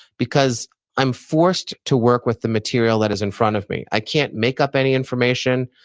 because i'm forced to work with the material that is in front of me. i can't make up any information.